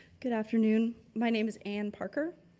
good afternoon. my name is anne parker,